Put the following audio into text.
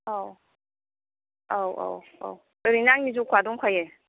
औ औ औ ओरैनो आंनि ज'खा दंखायो